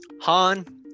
Han